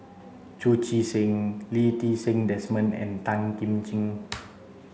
Chu Chee Seng Lee Ti Seng Desmond and Tan Kim Ching